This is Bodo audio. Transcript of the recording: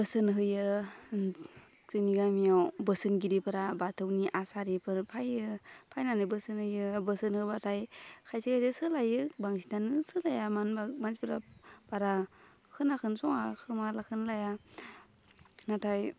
बोसोन होयो जोंनि गामियाव बोसोनगिरिफ्रा बाथौनि आसारिफोर फैयो फैनानै बोसोन होयो बोसोन होबाथाय खायसे खायसे सोलायो बांसिनानो सोलाया मानो होनबा मानसिफ्रा बारा खोनाखौनो सङा खोमाखौनो लाया नाथाइ